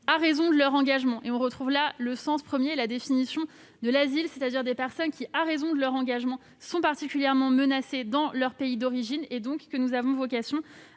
en raison de leur engagement. C'est là le sens premier et la définition de l'asile, c'est-à-dire l'accueil de personnes qui, en raison de leur engagement, sont particulièrement menacées dans leur pays d'origine. Nous avons donc vocation